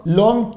long